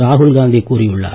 ராகுல் காந்தி கூறியுள்ளார்